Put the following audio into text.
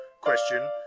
question